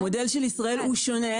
המודל של ישראל הוא שונה,